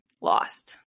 lost